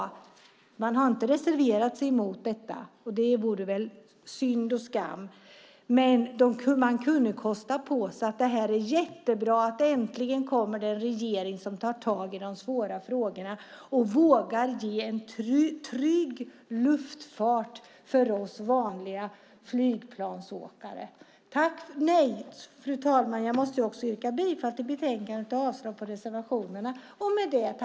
Oppositionen har inte reserverat sig mot detta - det hade väl varit synd och skam - men den kunde kosta på sig att säga att det är jättebra att det äntligen kommer en regering som tar tag i de svåra frågorna och vågar ge en trygg luftfart för oss vanliga flygplansåkare. Fru talman! Jag yrkar bifall till förslaget i betänkandet och avslag på reservationerna.